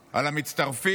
על המצטרפים